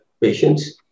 patients